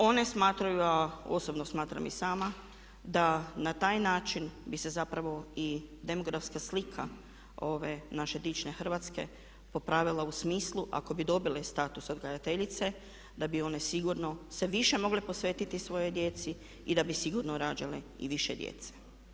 One smatraju a o osobno smatram i sama da na taj način bi se zapravo i demografska slika ove naše dične Hrvatske popravila u smislu ako bi dobile status odgojiteljice da bi one sigurno se više mogle posvetiti svojoj djeci i da bi sigurno rađale i više djece.